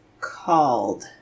called